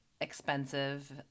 expensive